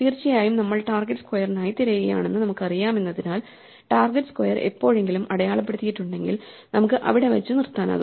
തീർച്ചയായും നമ്മൾ ടാർഗെറ്റ് സ്ക്വയറിനായി തിരയുകയാണെന്ന് നമുക്കറിയാമെന്നതിനാൽ ടാർഗെറ്റ് സ്ക്വയർ എപ്പോഴെങ്കിലും അടയാളപ്പെടുത്തിയിട്ടുണ്ടെങ്കിൽ നമുക്ക് അവിടെ വച്ച് നിർത്താനാകും